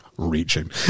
reaching